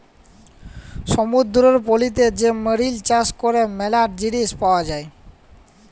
সমুদ্দুরের পলিতে যে মেরিল চাষ ক্যরে ম্যালা জিলিস পাওয়া যায়